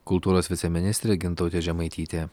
kultūros viceministrė gintautė žemaitytė